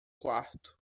quarto